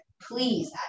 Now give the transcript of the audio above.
please